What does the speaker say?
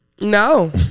No